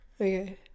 Okay